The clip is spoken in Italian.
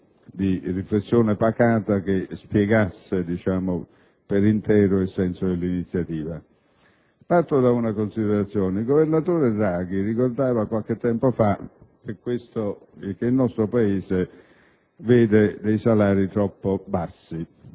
di riflessione pacata che spiegasse per intero il senso dell'iniziativa. Parto da una considerazione: il governatore Draghi ricordava qualche tempo fa che il nostro Paese vede dei salari troppo bassi.